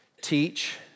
teach